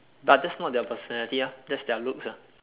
but that's not their personality ah that's their looks ah